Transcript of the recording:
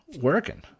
working